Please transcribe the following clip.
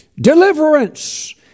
deliverance